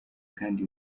kandi